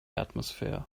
atmosphere